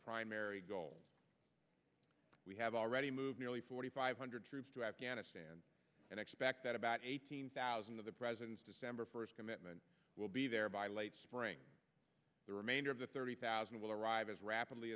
primary goal we have already moved nearly forty five hundred troops to afghanistan and expect that about eighteen thousand of the president's december first commitment will be there by late spring the remainder of the thirty thousand will arrive as rapidly